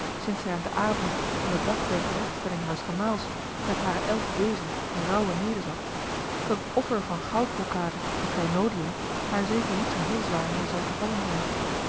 sinds zij aan den avond van den dag der terechtstelling haars gemaals met hare elf wezen in rouwe nederzat dat het offer van goudbrocade en kleinoodiën haar zeker niet zoo heel zwaar meer zal gevallen zijn